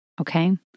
okay